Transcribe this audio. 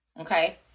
okay